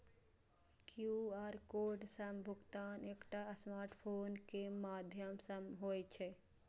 QR code सं भुगतान एकटा स्मार्टफोन के माध्यम सं होइ छै